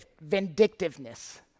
vindictiveness